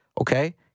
okay